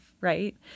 Right